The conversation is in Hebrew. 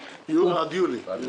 אנחנו לא מתערבים בעבודה שלכם בשוטף,